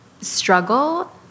struggle